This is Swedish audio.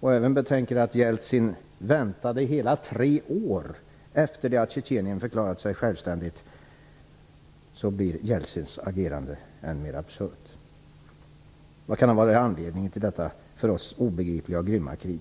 och även betänker att Jeltsin väntade i hela tre år efter det att Tjetjenien förklarade sig självständigt, blir Jeltsins agerande än mer absurt. Vad kan då ha varit anledningen till detta för oss obegripliga och grymma krig?